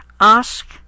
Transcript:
Ask